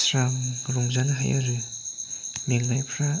स्रां रंजानो हायो आरो मेंनायफ्रा